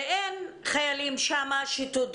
ואין שם חיילים שתודרכו.